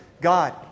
God